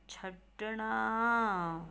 ਛੱਡਣਾ